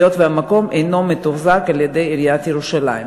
היות שהמקום אינו מתוחזק על-ידי עיריית ירושלים.